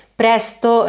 presto